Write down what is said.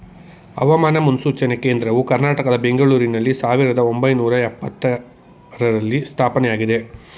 ಹವಾಮಾನ ಮುನ್ಸೂಚನೆ ಕೇಂದ್ರವು ಕರ್ನಾಟಕದ ಬೆಂಗಳೂರಿನಲ್ಲಿ ಸಾವಿರದ ಒಂಬೈನೂರ ಎಪತ್ತರರಲ್ಲಿ ಸ್ಥಾಪನೆಯಾಗಿದೆ